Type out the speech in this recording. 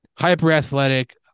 Hyper-athletic